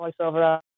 voiceover